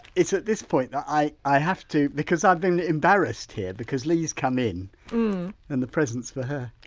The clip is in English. it's at this point that i i have to because i've been embarrassed here because lee's come in and the present's for her.